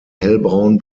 hellbraun